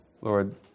Lord